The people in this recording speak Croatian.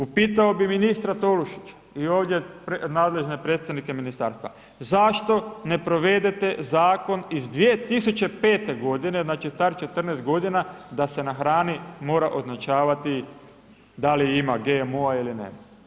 Upitao bih ministra Tolušića i ovdje nadležne predstavnike ministarstva zašto ne provedete zakon iz 2005. godine, znači star 14 godina da se na hrani mora označavati da li ima GMO-a ili nema.